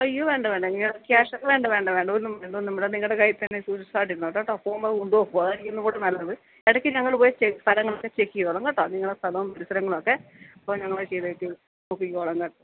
അയ്യോ വേണ്ട വേണ്ട എനിക്ക് ക്യാഷ് വേണ്ട വേണ്ട വേണ്ട ഒന്നും വേണ്ട ഒന്നും വേണ്ട നിങ്ങളുടെ കയ്യിത്തന്നെ സുരക്ഷിതമായിട്ട് ഇരുന്നോട്ടെ കേട്ടോ പോകുമ്പം അങ്ങ് കൊണ്ടോക്കോ അതായിരിക്കും ഒന്നുംകൂടെ നല്ലത് ഇടക്ക് ഞങ്ങൾ പോയി ചെക് സ്ഥലങ്ങളൊക്കെ ചെക്ക് ചെയ്തോളാം കേട്ടോ നിങ്ങളെ സ്ഥലോം പരിസരങ്ങളൊക്കെ അപ്പം ഞങ്ങളത് ചെയ്തിട്ട് നോക്കിക്കോളാം